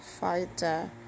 Fighter